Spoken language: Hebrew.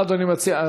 מה אדוני מציע?